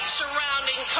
surrounding